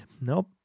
Nope